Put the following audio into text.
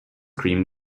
cream